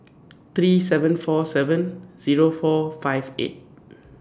three seven four seven Zero four five eight